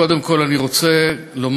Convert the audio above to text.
קודם כול אני רוצה לומר,